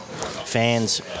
fans